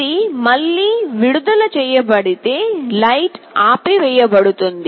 ఇది మళ్ళీ విడుదల చేయబడితే లైట్ ఆపివేయబడుతుంది